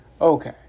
Okay